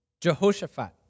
Jehoshaphat